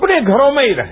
अपने घरों में ही रहें